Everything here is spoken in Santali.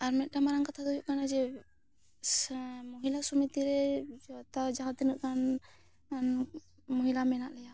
ᱟᱨ ᱢᱤᱫᱴᱟᱝ ᱢᱟᱨᱟᱝ ᱠᱟᱛᱷᱟ ᱫᱚ ᱦᱩᱭᱩᱜ ᱠᱟᱱᱟ ᱡᱮ ᱢᱚᱦᱤᱞᱟ ᱥᱚᱢᱤᱛᱤ ᱨᱮ ᱡᱚᱛᱚ ᱡᱟᱦᱟᱸ ᱛᱤᱱᱟᱹᱜ ᱜᱟᱱ ᱢᱚᱦᱤᱞᱟ ᱢᱮᱱᱟᱜ ᱞᱮᱭᱟ